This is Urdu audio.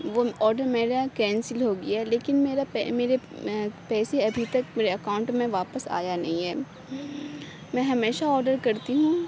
وہ آرڈر میرا کینسل ہو گیا لیکن میرا میرے پیسے ابھی تک میرے اکاونٹ میں واپس آیا نہیں ہے میں ہمیشہ آرڈر کرتی ہوں